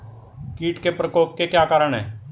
कीट के प्रकोप के क्या कारण हैं?